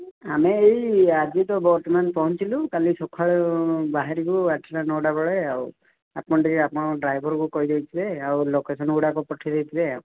ଆମେ ଏଇ ଆଜି ତ ବର୍ତ୍ତମାନ ପହଞ୍ଚିଲୁ କାଲି ସକାଳେ ବାହାରିବୁ ଆଠଟା ନଅଟା ବେଳେ ଆଉ ଆପଣ ଟିକେ ଆପଣଙ୍କ ଡ୍ରାଇଭରକୁ କହି ଦେଇଥିବେ ଆଉ ଲୋକେସନ୍ ଗୁଡ଼ାକ ପଠେଇ ଦେଇଥିବେ